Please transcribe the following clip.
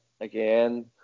again